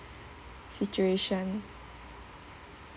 situation